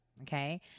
Okay